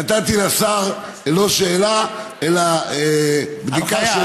נתתי לשר לא שאלה אלא בדיקה,